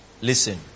Listen